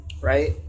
right